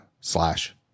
slash